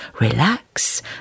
relax